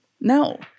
No